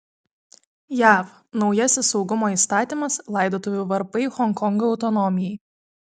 jav naujasis saugumo įstatymas laidotuvių varpai honkongo autonomijai